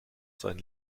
sein